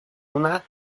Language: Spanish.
una